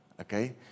Okay